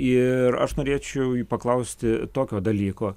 ir aš norėčiau paklausti tokio dalyko